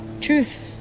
truth